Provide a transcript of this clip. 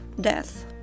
death